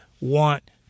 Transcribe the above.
want